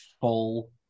full